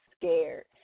scared